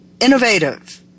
innovative